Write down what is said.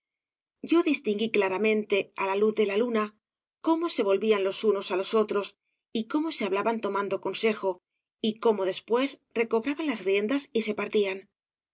yo distinguí claramente á la luz de la luna cómo se volvían los unos á los otros y cómo se hablaban tomando consejo y cómo después recobraban las riendas y se partían